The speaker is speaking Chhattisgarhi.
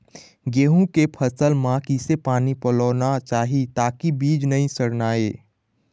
गेहूं के फसल म किसे पानी पलोना चाही ताकि बीज नई सड़ना ये?